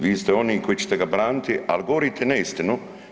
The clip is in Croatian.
Vi ste oni koji će ga braniti, ali govorite neistinu.